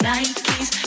Nikes